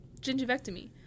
gingivectomy